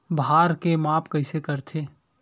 भार के माप कइसे करथे?